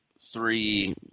three